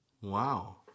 Wow